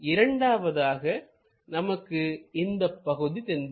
இரண்டாவதாக நமக்கு இந்தப் பகுதி தென்படும்